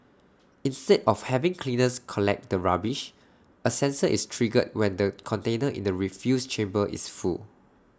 instead of having cleaners collect the rubbish A sensor is triggered when the container in the refuse chamber is full